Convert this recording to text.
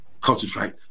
concentrate